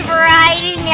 Variety